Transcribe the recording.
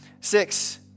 Six